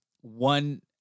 one